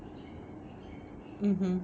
mmhmm